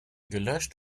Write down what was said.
gelöscht